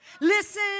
Listen